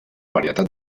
varietat